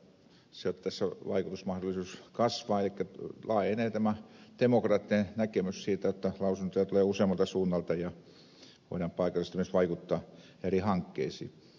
tässä vaikutusmahdollisuus kasvaa elikkä laajenee tämä demokraattinen näkemys siitä että lausuntoja tulee useammalta suunnalta ja voidaan paikallisesti myös vaikuttaa eri hankkeisiin